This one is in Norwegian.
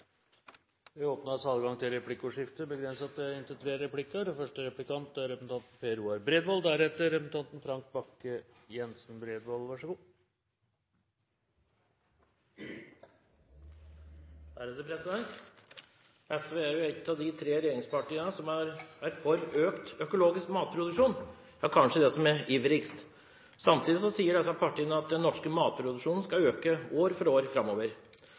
SV er et av de tre regjeringspartiene som er for økt økologisk matproduksjon, og kanskje det partiet som er ivrigst. Samtidig sier disse partiene at den norske matproduksjonen skal øke år for år framover.